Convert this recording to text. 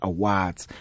Awards